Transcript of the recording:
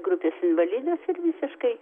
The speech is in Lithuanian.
grupės invalidas ir visiškai